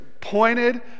pointed